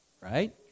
Right